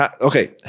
Okay